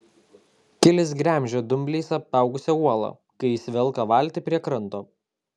kilis gremžia dumbliais apaugusią uolą kai jis velka valtį prie kranto